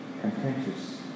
contentious